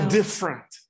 different